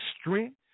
strength